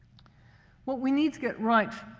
what we need to get right,